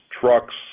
trucks